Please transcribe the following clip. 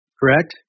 correct